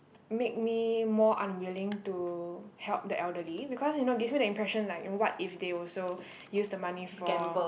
make me more unwilling to help the elderly because you know gives me the impression like what if they also use the money for